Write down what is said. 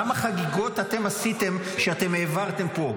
כמה חגיגות עשיתם כשהעברתם פה?